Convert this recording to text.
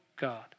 God